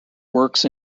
works